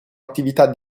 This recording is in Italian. attività